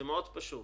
זה מאוד פשוט,